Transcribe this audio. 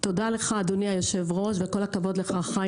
תודה לך, אדוני היושב-ראש, וכול הכבוד לך חיים